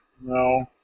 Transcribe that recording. No